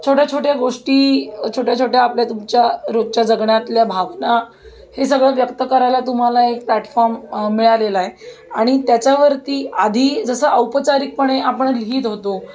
छोट्या छोट्या गोष्टी छोट्या छोट्या आपल्या तुमच्या रोजच्या जगण्यातल्या भावना हे सगळं व्यक्त करायला तुम्हाला एक प्लॅटफॉर्म मिळालेला आहे आणि त्याच्यावरती आधी जसं औपचारिकपणे आपण लिहीत होतो